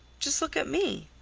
just look at me!